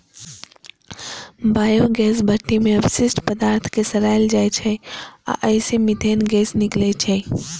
biogas भट्ठी मे अवशिष्ट पदार्थ कें सड़ाएल जाइ छै आ अय सं मीथेन गैस निकलै छै